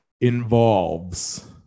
involves